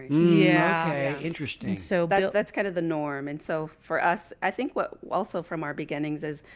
yeah, interesting. so but that's kind of the norm. and so for us, i think what also from our beginnings is,